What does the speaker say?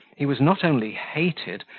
he was not only hated,